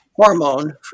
hormone